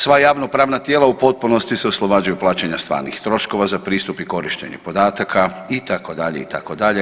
Sva javnopravna tijela u potpunosti se oslobađaju plaćanja stvarnih troškova za pristup i korištenje podataka itd., itd.